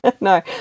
No